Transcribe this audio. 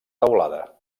teulada